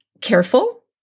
careful